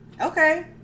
Okay